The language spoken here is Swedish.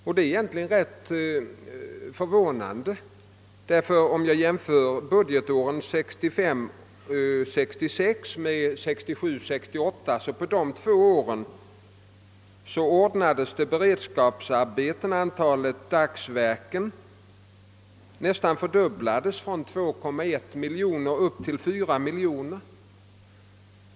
Om man jämför siffrorna för budgetåret 1965 68, finner man att antalet dagsverken på de två åren nästan fördubblades, nämligen från 2,1 miljoner till 4 miljoner.